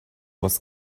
was